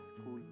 school